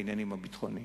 בעניינים הביטחוניים,